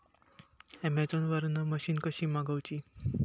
Amazon वरन machine कशी मागवची?